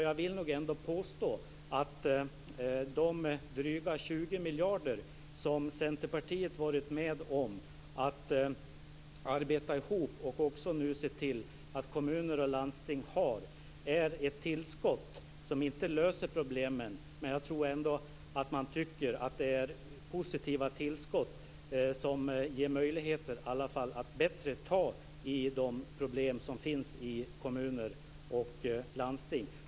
Jag vill nog ändå påstå att de drygt 20 miljarder kronor som Centerpartiet har varit med om att arbeta ihop och nu ser till att kommuner och landsting har är ett tillskott som inte löser problemen, men det är positiva tillskott som ger möjligheter att bättre reda ut de problem som finns i kommuner och landsting.